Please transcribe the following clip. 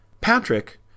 Patrick